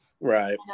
Right